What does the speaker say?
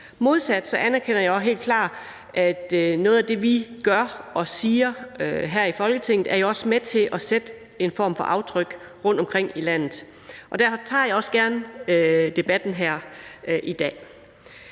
Modsat anerkender jeg også helt klart, at noget af det, vi gør og siger her i Folketinget, er med til at sætte en form for aftryk rundtomkring i landet. Derfor tager jeg også gerne debatten her i dag.